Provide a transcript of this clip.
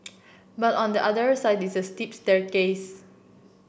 but on the other side is a steep staircase